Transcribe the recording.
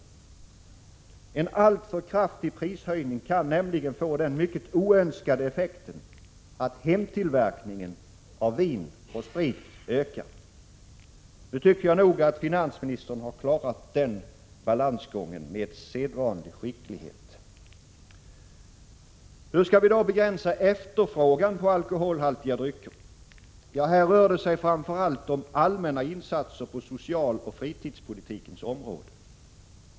En alltför kraftig prishöjning kan nämligen få den mycket oönskade effekten att hemtillverkningen av vin och sprit ökar. Nu tycker jag nog att finansministern har klarat den balansgången med sedvanlig skicklighet. Hur skall vi då begränsa efterfrågan på alkoholhaltiga drycker? Ja, här rör det sig framför allt om allmänna insatser på socialoch fritidspolitikens område.